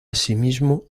asimismo